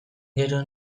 gero